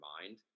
mind